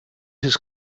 his